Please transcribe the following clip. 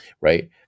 right